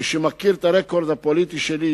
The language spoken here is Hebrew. מי שמכיר את הרקורד הפוליטי שלי,